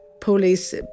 police